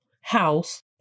house